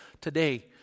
today